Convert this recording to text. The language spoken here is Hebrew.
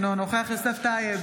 אינו נוכח יוסף טייב,